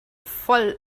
voll